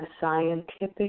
scientific